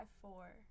four